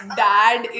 dad